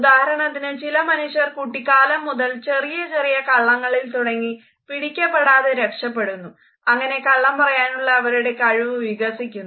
ഉദാഹരണത്തിന് ചില മനുഷ്യർ കുട്ടിക്കാലം മുതൽ ചെറിയ ചെറിയ കള്ളങ്ങളിൽ തുടങ്ങി പിടിക്കപ്പെടാതെ രക്ഷപെടുന്നു അങ്ങനെ കള്ളം പറയാനുള്ള അവരുടെ കഴിവ് വികസിക്കുന്നു